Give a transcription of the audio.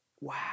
wow